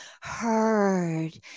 Heard